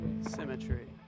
Symmetry